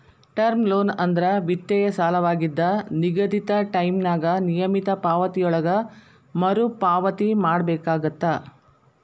term loan ಅಂದ್ರ ವಿತ್ತೇಯ ಸಾಲವಾಗಿದ್ದ ನಿಗದಿತ ಟೈಂನ್ಯಾಗ ನಿಯಮಿತ ಪಾವತಿಗಳೊಳಗ ಮರುಪಾವತಿ ಮಾಡಬೇಕಾಗತ್ತ